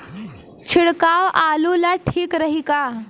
छिड़काव आलू ला ठीक रही का?